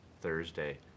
Thursday